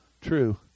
True